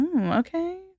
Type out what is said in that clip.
Okay